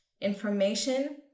information